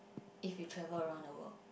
if you travel around the world